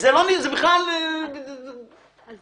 אז